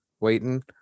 waiting